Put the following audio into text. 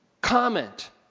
comment